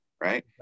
right